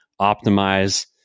optimize